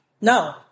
no